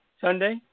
Sunday